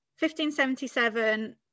1577